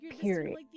period